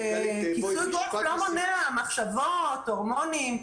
כיסוי גוף לא מונע מחשבות, הורמונים.